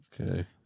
Okay